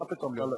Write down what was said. מה פתאום לאומני?